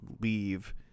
Leave